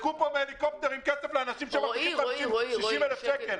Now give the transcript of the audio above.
חילקו פה בהליקופטרים כסף לאנשים שמרוויחים 60,000 שקל.